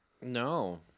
No